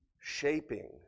shaping